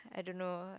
I don't know